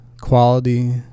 quality